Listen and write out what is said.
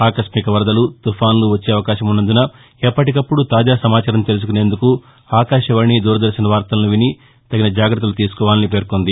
ఆకస్టిక వరదలు తుఫాసులు వచ్చే అవకాశమున్నందున ఎప్పకప్పుడు తాజా సమాచారం తెలుసుకునేందుకు ఆకాశవాణి దూరదర్లన్ వార్తలను విని తగిన జాగ్రత్తలు తీసుకోవాలని పేర్కొంది